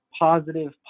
positive